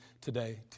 today